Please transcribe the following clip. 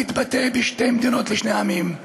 המתבטא בשתי מדינות לשני עמים.